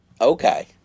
Okay